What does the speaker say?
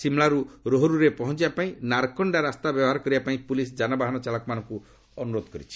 ସିମ୍ଳାରୁ ରୋହ୍ରୁରେ ପହଞ୍ଚବାପାଇଁ ନାର୍କଣ୍ଡା ରାସ୍ତା ବ୍ୟବହାର କରିବାପାଇଁ ପୁଲିସ୍ ଯାନବାହନ ଚାଳକମାନଙ୍କୁ ଅନୁରୋଧ କରିଛି